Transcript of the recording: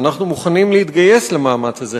ואנחנו מוכנים להתגייס למאמץ הזה,